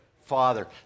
father